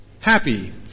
Happy